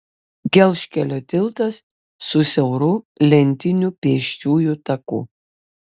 gelžkelio tiltas su siauru lentiniu pėsčiųjų taku